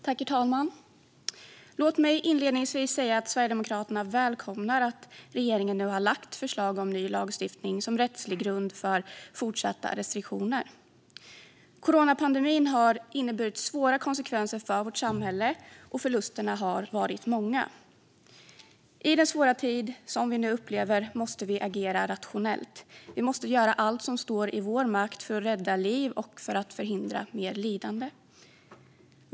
Herr talman! Låt mig inledningsvis säga att Sverigedemokraterna välkomnar att regeringen nu har lagt förslag om ny lagstiftning som rättslig grund för fortsatta restriktioner. Coronapandemin har inneburit svåra konsekvenser för vårt samhälle, och förlusterna har varit många. I den svåra tid som vi nu upplever måste vi agera rationellt. Vi måste göra allt som står i vår makt för att rädda liv och förhindra mer lidande.